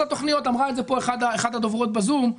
התוכניות אמרה את זה כאן אחת הדוברות ב-זום,